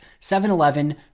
7-Eleven